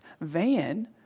van